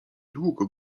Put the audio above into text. długo